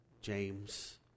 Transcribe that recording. James